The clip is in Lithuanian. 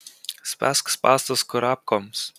spęsk spąstus kurapkoms